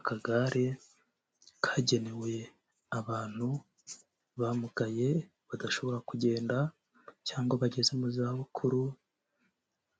Akagare kagenewe abantu bamugaye badashobora kugenda cyangwa bageze mu za bukuru